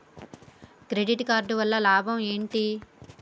Credit card వల్ల లాభం ఏంటి?